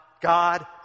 God